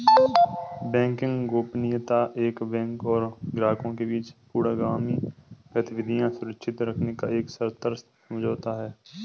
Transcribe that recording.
banking गोपनीयता एक bank और ग्राहकों के बीच पूर्वगामी गतिविधियां सुरक्षित रखने का एक सशर्त समझौता है